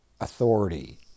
authority